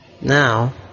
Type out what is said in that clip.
Now